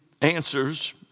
answers